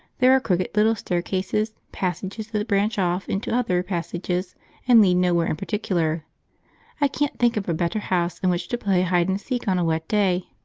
there are crooked little stair-cases, passages that branch off into other passages and lead nowhere in particular i can't think of a better house in which to play hide and seek on a wet day.